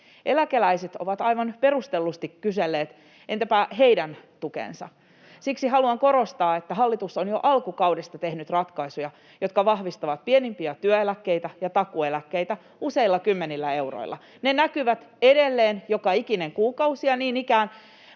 Eläkeläiset ovat aivan perustellusti kyselleet, että entäpä heidän tukensa. Siksi haluan korostaa, että hallitus on jo alkukaudesta tehnyt ratkaisuja, jotka vahvistavat pienimpiä työeläkkeitä ja takuueläkkeitä useilla kymmenillä euroilla. Ne näkyvät edelleen joka ikinen kuukausi, ja niin ikään